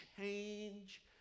change